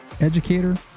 educator